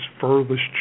furthest